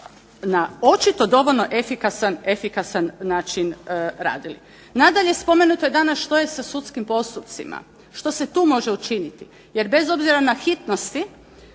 na očito dovoljno efikasan način radili. Nadalje, spomenuto je danas što je sa sudskim postupcima? Što se tu može učiniti? Jer bez obzira na hitnosti